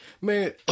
Man